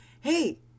Hey